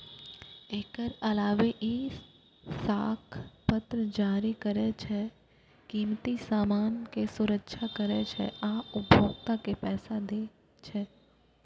एकर अलावे ई साख पत्र जारी करै छै, कीमती सामान के सुरक्षा करै छै आ उपभोक्ता के पैसा दै छै